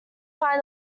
find